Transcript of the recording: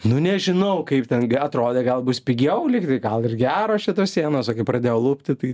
nu nežinau kaip ten atrodė gal bus pigiau lyg tai gal ir geros čia tos sienos o kai pradėjo lupti tai